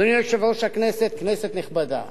אדוני יושב-ראש הכנסת, כנסת נכבדה,